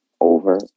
Over